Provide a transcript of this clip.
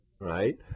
right